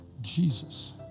Jesus